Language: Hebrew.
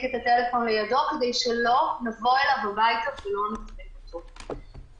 את הטלפון לידו כדי שלא נבוא אליו הביתה ולא נחפש אותו.